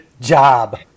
job